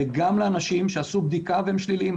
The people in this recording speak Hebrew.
וגם לאנשים שעשו בדיקה והם שליליים.